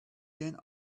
then